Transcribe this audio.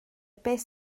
beth